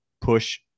push